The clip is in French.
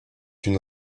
une